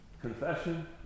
confession